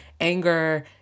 anger